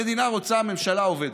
המדינה רוצה ממשלה עובדת,